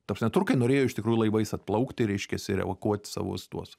ta prasme turkai norėjo iš tikrųjų laivais atplaukti reiškiasi ir evakuoti savus tuos